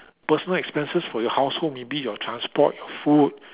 personal expenses for your household maybe your transport your food